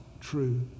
true